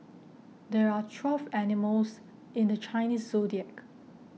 there are twelve animals in the Chinese zodiac